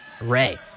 Ray